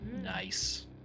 Nice